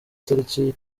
tariki